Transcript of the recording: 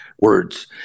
words